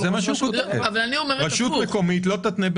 אבל זה מה שנכתב: "רשות מקומית לא תתנה,